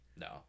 No